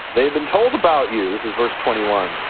they've been told about you, this is verse twenty one,